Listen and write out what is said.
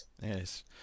Yes